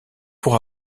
pour